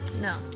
No